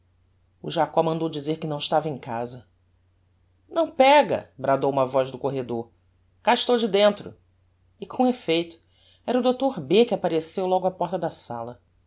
o jacob mandou dizer que não estava em casa não péga bradou uma voz do corredor cá estou de dentro e com effeito era o dr b que appareceu logo á porta da sala